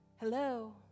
Hello